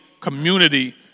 community